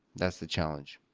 that's the challenge.